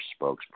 spokesperson